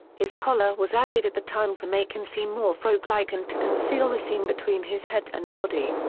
his collar was added at the time to make him seem more froglike and to conceal the seam between his head and body.